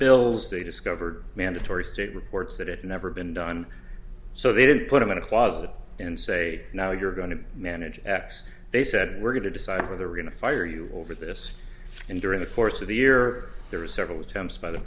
they discovered mandatory state reports that had never been done so they didn't put them in a closet and say now you're going to manage x they said we're going to decide whether we're going to fire you over this and during the course of the year there were several attempts by the